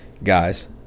Guys